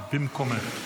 בוא.